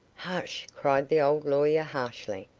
hush! cried the old lawyer harshly.